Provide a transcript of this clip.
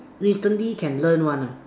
recently can learn what ah